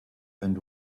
and